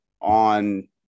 on